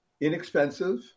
inexpensive